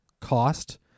cost